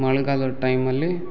ಮಳ್ಗಾಲದ ಟೈಮಲ್ಲಿ